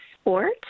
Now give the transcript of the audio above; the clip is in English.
sport